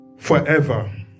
Forever